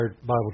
Bible